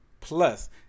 Plus